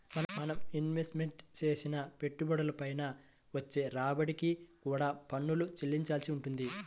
మనం ఇన్వెస్ట్ చేసిన పెట్టుబడుల పైన వచ్చే రాబడికి కూడా పన్నులు చెల్లించాల్సి వుంటది